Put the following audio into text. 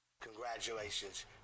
Congratulations